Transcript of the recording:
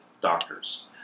doctors